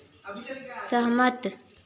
सहमत